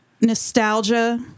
nostalgia